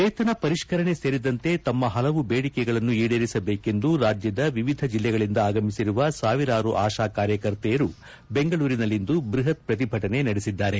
ವೇತನ ಪರಿಷ್ಕರಣೆ ಸೇರಿದಂತೆ ತಮ್ಮ ಹಲವು ಬೇಡಿಕೆಗಳನ್ನು ಈಡೇರಿಸಬೇಕೆಂದು ರಾಜ್ಯದ ವಿವಿಧ ಜಿಲ್ಲೆಗಳಿಂದ ಆಗಮಿಸಿರುವ ಸಾವಿರಾರು ಆಶಾ ಕಾರ್ಯಕರ್ತೆಯರು ಬೆಂಗಳೂರಿನಲ್ಲಿಂದು ಬೃಹತ್ ಪ್ರತಿಭಟನೆ ನಡೆಸಿದ್ದಾರೆ